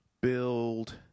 build